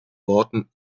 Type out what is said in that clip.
worten